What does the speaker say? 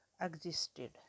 existed